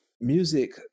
Music